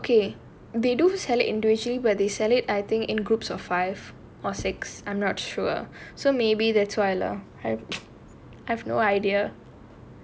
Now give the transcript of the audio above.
and these okay they do sell it individually but they sell it I think in groups of five or six I'm not sure so maybe thats why lah